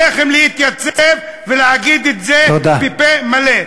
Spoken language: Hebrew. עליכם להתייצב ולהגיד את זה בפה מלא.